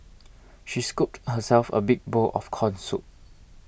she scooped herself a big bowl of Corn Soup